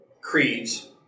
creeds